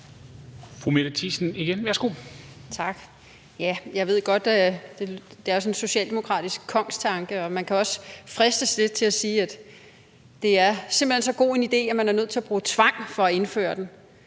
Mette Thiesen (NB): Tak. Jeg ved godt, at det er sådan en socialdemokratisk kongstanke, og man kan også fristes lidt til at sige, at det simpelt hen er så god en idé, at man er nødt til at bruge tvang for at indføre den.